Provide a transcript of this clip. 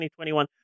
2021